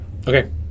Okay